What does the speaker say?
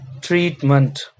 treatment